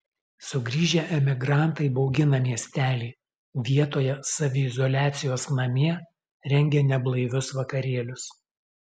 sugrįžę emigrantai baugina miestelį vietoje saviizoliacijos namie rengia neblaivius vakarėlius